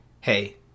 hey